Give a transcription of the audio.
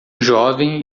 jovem